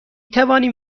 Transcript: توانیم